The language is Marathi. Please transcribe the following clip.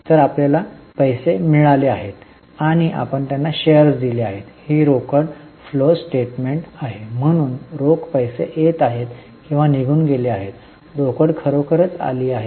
तर आपल्याला पैसे मिळाले आहेत आणि आपण त्यांना शेअर्स दिले आहेत ही रोकड फ्लो स्टेटमेंट आहे म्हणून रोख पैसे येत आहेत किंवा निघून गेले आहेत रोकड खरोखरच आली आहे